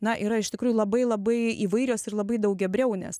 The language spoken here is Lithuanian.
na yra iš tikrųjų labai labai įvairios ir labai daugiabriaunės